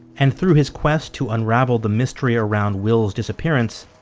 and through his quest to unravel the mystery around will's disappearance,